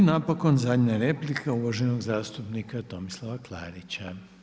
I napokon zadnja replika uvaženog zastupnika Tomislava Klarića.